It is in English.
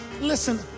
listen